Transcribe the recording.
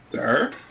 Sir